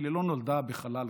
אבל היא לא נולדה בחלל ריק,